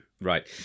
Right